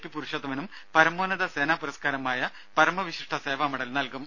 P പുരുഷോത്തമനും പരമോന്നത സേനാ പുരസ്കാരമായ പരമ വിശിഷ്ട സേവാ മെഡൽ നൽകും